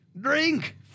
drink